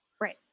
Right